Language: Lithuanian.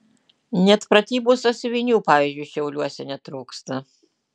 net pratybų sąsiuvinių pavyzdžiui šiauliuose netrūksta